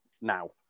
now